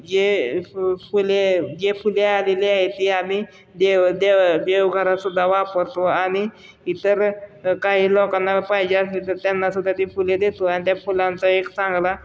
जे फुले जे फुले आलेले आहे ती आम्ही देव देव देवघरातसुद्धा वापरतो आणि इतर काही लोकांना पाहिजे असेल तर त्यांनासुद्धा ती फुले देतो आणि त्या फुलांचा एक चांगला